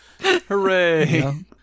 Hooray